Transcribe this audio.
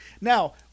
Now